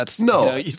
No